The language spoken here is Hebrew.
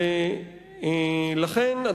ולכן,